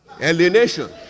Alienation